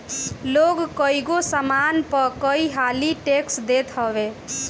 लोग कईगो सामान पअ कई हाली टेक्स देत हवे